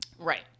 Right